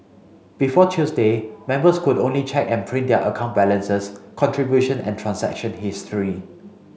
before Tuesday members could only check and print their account balances contribution and transaction history